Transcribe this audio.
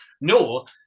No